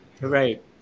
Right